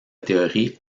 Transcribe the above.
théorie